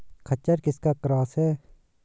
खच्चर किसका क्रास है?